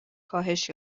کاهش